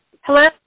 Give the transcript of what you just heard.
Hello